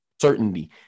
certainty